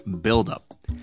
buildup